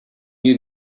you